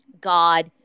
God